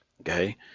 okay